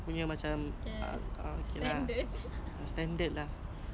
tu betul-betul before COVID start pun dah ada one metre away ah [tau]